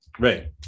Right